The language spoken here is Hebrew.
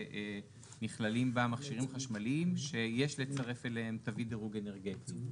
שנכללים בה מכשירים חשמליים שיש לצרף אליהם תווית דירוג אנרגטי,